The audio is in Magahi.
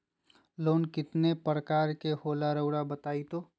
लोन कितने पारकर के होला रऊआ बताई तो?